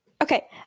okay